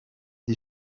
die